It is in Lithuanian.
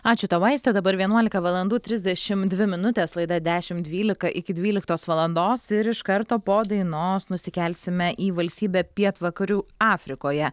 ačiū tau aiste dabar vienuolika valandų trisdešim dvi minutės laida dešim dvylika iki dvyliktos valandos ir iš karto po dainos nusikelsime į valstybę pietvakarių afrikoje